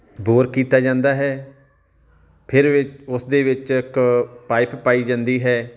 bore ਕੀਤਾ ਜਾਂਦਾ ਹੈ ਫਿਰ ਵਿ ਉਸ ਦੇ ਵਿੱਚ ਇੱਕ ਪਾਈਪ ਪਾਈ ਜਾਂਦੀ ਹੈ